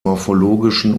morphologischen